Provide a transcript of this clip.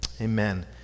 amen